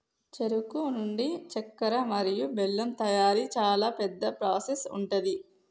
చెరుకు నుండి చెక్కర మరియు బెల్లం తయారీ చాలా పెద్ద ప్రాసెస్ ఉంటది